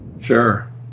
Sure